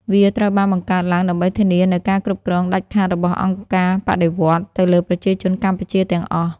វាត្រូវបានបង្កើតឡើងដើម្បីធានានូវការគ្រប់គ្រងដាច់ខាតរបស់អង្គការបដិវត្តន៍ ទៅលើប្រជាជនកម្ពុជាទាំងអស់។